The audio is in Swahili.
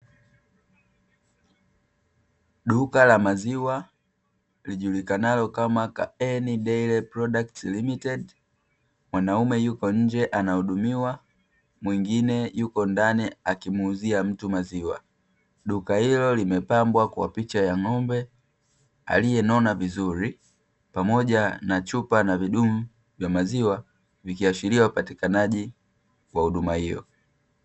Duka la maziwa lijukanalo kama "KAANY DAIRY PRODUCT LIMITED". Mwanaume yupo nje anahudumiwa, mwingine yupo ndani akimuuzia mtu maziwa. Duka hilo limepambwa kwa picha ya ng'ombe aliyenona vizuri pamoja na chupa na vidumu vya maziwa Vikiashiria upatikanaji wa huduma hiyo.